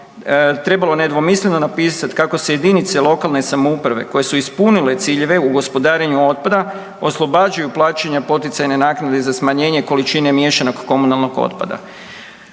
96.trebalo nedvosmisleno napisati kako se jedinice lokalne samouprave koje su ispunile ciljeve u gospodarenju otpada oslobađaju plaćanja poticajne naknade za smanjenje količine miješanog komunalnog otpada.